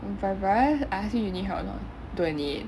I brother I ask him you need help or not don't need